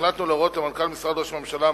החלטנו להורות למנכ"ל משרד ראש הממשלה,